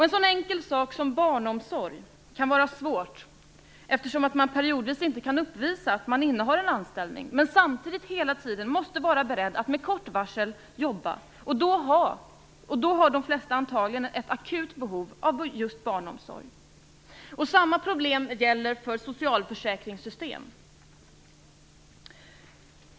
En sådan enkel sak som barnomsorg kan vara svårt, eftersom man periodvis inte kan uppvisa att man innehar en anställning. Samtidigt måste man hela tiden vara beredd att med kort varsel jobba. Då har de flesta antagligen ett akut behov av just barnomsorg. Samma problem gäller för socialförsäkringssystemen.